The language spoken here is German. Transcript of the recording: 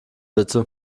bitte